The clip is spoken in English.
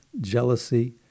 jealousy